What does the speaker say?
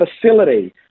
facility